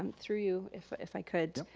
um through you, if if i could,